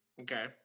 okay